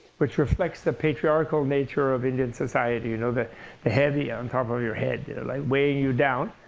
which reflects the patriarchal nature of indian society, you know the the heavy on top of your head you know like weighing you down.